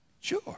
Sure